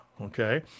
okay